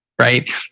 right